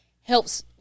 helps